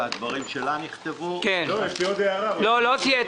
הישיבה ננעלה בשעה